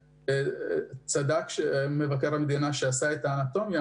צדק מבקר המדינה שעשה את האנטומיה,